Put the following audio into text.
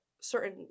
certain